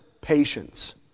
patience